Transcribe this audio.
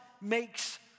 makes